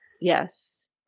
Yes